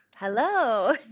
Hello